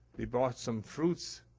they brought some fruits,